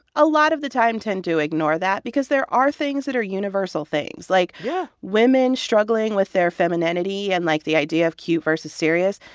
a lot of the time, tend to ignore that because there are things that are universal things, like yeah women struggling with their femininity and, like, the idea of cute versus serious.